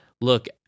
look